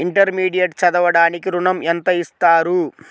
Intermediate చదవడానికి ఋణం ఎంత ఇస్తారు?